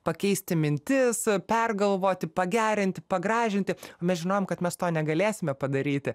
pakeisti mintis pergalvoti pagerinti pagražinti mes žinojome kad mes to negalėsime padaryti